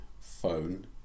phone